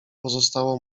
pozostało